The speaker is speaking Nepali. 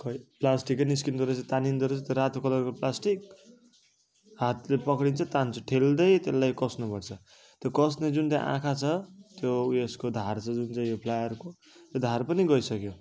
खोइ प्लास्टिक निस्कँदो रहेछ तानिँदो रहेछ त्यो रातो कलरको प्लास्टिक हातले पक्रिन्छु तान्छु ठेल्दै त्यसलाई कस्नु पर्छ त्यो कस्ने जुन चाहिँ आँखा छ त्यो उयसको धार छ जुन चाहिँ यो प्लायरको त्यो धार पनि गइसक्यो